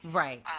right